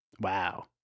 Wow